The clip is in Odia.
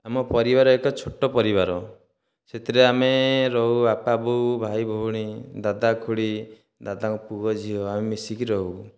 ଆମ ପରିବାର ଏକ ଛୋଟ ପରିବାର ସେଥିରେ ଆମେ ରହୁ ବାପା ବୋଉ ଭାଇ ଭଉଣୀ ଦାଦା ଖୁଡ଼ି ଦାଦାଙ୍କ ପୁଅ ଝିଅ ଆମେ ମିଶିକି ରହୁ